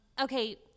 Okay